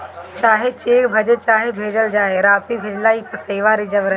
चाहे चेक भजे चाहे भेजल जाए, रासी भेजेला ई पइसवा रिजव रहे